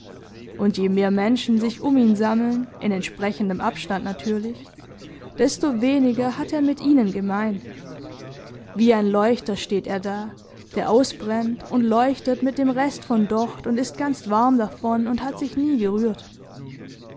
und je mehr menschen sich um ihn sammeln in entsprechendem abstand natürlich desto weniger hat er mit ihnen gemein wie ein leuchter steht er da der ausbrennt und leuchtet mit dem rest von docht und ist ganz warm davon und hat sich nie gerührt